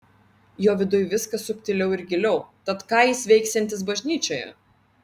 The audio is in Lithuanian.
jo viduj viskas subtiliau ir giliau tad ką jis veiksiantis bažnyčioje